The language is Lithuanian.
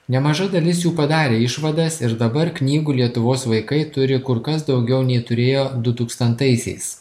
nemaža dalis jų padarė išvadas ir dabar knygų lietuvos vaikai turi kur kas daugiau nei turėjo du tūkstantaisiais